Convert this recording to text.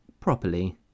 properly